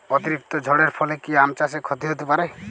অতিরিক্ত ঝড়ের ফলে কি আম চাষে ক্ষতি হতে পারে?